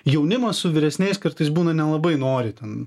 jaunimas su vyresniais kartais būna nelabai nori ten